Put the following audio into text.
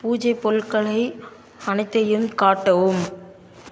பூஜை பொருட்களை அனைத்தையும் காட்டவும்